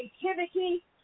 creativity